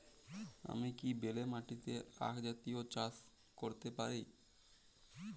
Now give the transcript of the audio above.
আমি কি বেলে মাটিতে আক জাতীয় চাষ করতে পারি?